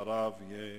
אחריו יהיה